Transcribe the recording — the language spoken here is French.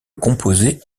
composé